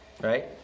right